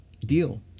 deal